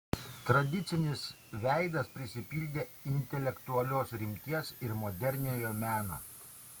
tradicinis veidas prisipildė intelektualios rimties ir moderniojo meno